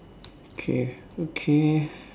okay okay